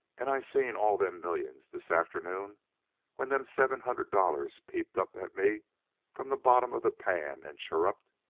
and i seen all them millions this afternoon when them seven hundred dollars peeped up at me from the bottom of the pan and chirruped,